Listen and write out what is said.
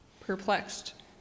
perplexed